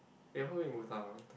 eh want eat Mookata or not later